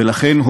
ולכן,